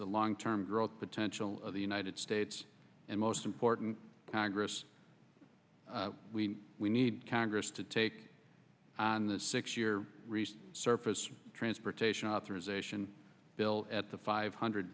the long term growth potential of the united states and most important congress we we need congress to take on the six year surface transportation authorization bill at the five hundred